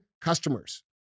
customers